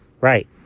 Right